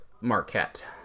Marquette